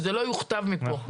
שזה לא יוכתב מפה.